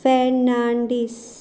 Fernandes